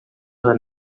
her